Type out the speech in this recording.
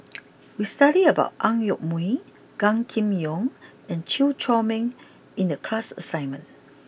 we studied about Ang Yoke Mooi Gan Kim Yong and Chew Chor Meng in the class assignment